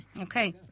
Okay